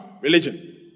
religion